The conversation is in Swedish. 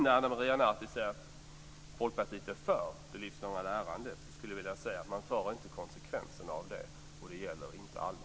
När Ana Maria Narti säger att man är för det livslånga lärandet, vill jag säga att man inte tar konsekvenserna av det. Det gäller inte alla.